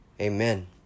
Amen